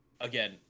again